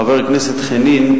חבר הכנסת חנין,